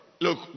Look